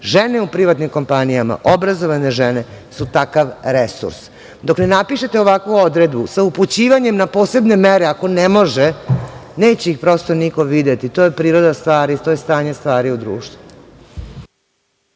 Žene u privatnim kompanijama, obrazovane žene su takav resurs. Dok ne napišete ovakvu odredbu sa upućivanjem na posebne mere ako ne može, neće ih, prosto, niko videti, to je priroda stvari, to je stanje stvari u društvu.